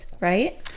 right